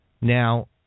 Now